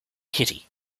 kitty